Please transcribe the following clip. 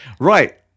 Right